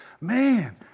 Man